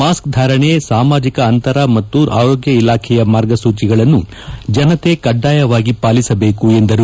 mask ಧಾರಣೆ ಸಾಮಾಜಿಕ ಅಂತರ ಮತ್ತು ಆರೋಗ್ಯ ಇಲಾಖೆಯ ಮಾರ್ಗಸೂಚಿಗಳನ್ನು ಜನತೆ ಕಡ್ಡಾಯವಾಗಿ ಪಾಲಿಸಬೇಕು ಎಂದರು